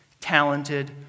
talented